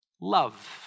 love